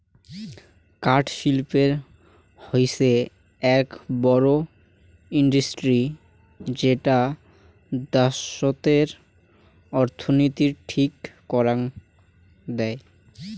কাঠ শিল্প হৈসে আক বড় ইন্ডাস্ট্রি যেটা দ্যাশতের অর্থনীতির ঠিক করাং দেয়